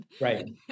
Right